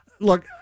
Look